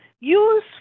Use